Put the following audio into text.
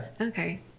Okay